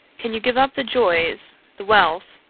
can you give up the joys, the wealth,